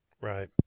Right